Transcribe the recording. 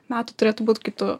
metų turėtų būt kai tu